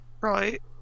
Right